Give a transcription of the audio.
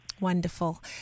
Wonderful